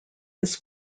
his